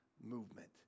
movement